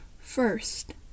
first